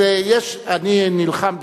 אני נלחם,